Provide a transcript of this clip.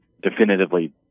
definitively